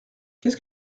qu’est